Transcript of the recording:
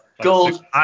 Gold